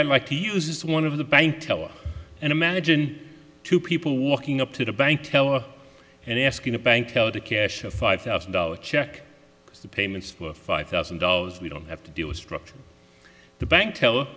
i like to use is one of the bank tellers and imagine two people walking up to the bank teller and asking a bank teller to cash a five thousand dollars check to payments for five thousand dollars we don't have to deal with structure the bank teller